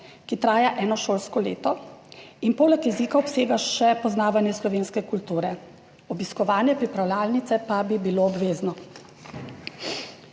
ki traja eno šolsko leto in poleg jezika obsega še poznavanje slovenske kulture. Obiskovanje pripravljalnice pa bi bilo obvezno.